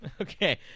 Okay